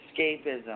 escapism